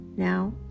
Now